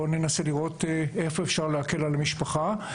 בואו ננסה לבדוק איפה אפשר להקל על המשפחה.